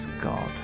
God